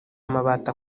amabati